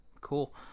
Cool